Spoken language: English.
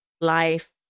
life